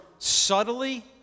Subtly